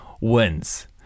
wins